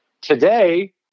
Today